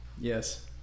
yes